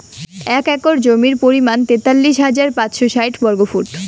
এক একর জমির পরিমাণ তেতাল্লিশ হাজার পাঁচশ ষাইট বর্গফুট